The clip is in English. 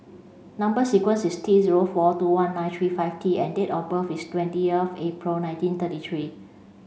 number sequence is T zero four two one nine three five T and date of birth is twentieth April nineteen thirty three